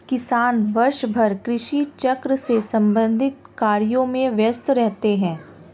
किसान वर्षभर कृषि चक्र से संबंधित कार्यों में व्यस्त रहते हैं